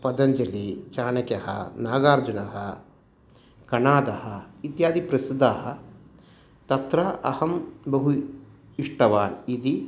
पतञ्जली चाणक्यः नागार्जुनः कणादः इत्यादयः प्रसिद्धाः तत्र अहं बहु इष्टवान् इति